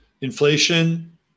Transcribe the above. Inflation